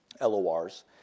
LORs